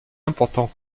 important